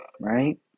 right